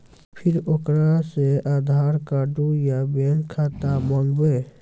फिर ओकरा से आधार कद्दू या बैंक खाता माँगबै?